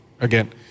again